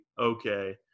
okay